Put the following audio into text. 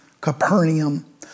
Capernaum